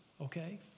okay